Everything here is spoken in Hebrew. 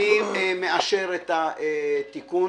אני מאשר את התיקון,